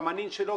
גם הנין שלו,